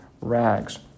rags